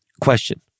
Question